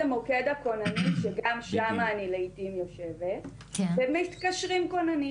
זה מוקד הכוננים וגם שמה אני לעיתים יושבת ומתקשרים כוננים